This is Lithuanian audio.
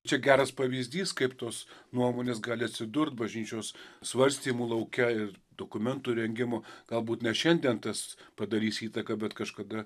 čia geras pavyzdys kaip tos nuomonės gali atsidurt bažnyčios svarstymų lauke ir dokumentų rengimo galbūt ne šiandien tas padarys įtaką bet kažkada